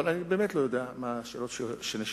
אני באמת לא יודע מה השאלות שנשאלו.